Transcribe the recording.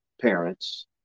parents